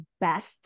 best